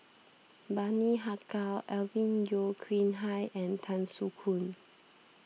Bani Haykal Alvin Yeo Khirn Hai and Tan Soo Khoon